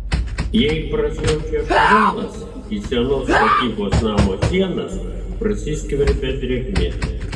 jei prasiaučia škvalas į senos statybos namo sienas prasiskverbia drėgmė